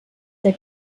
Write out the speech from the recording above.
der